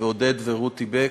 ועודד ורותי בק.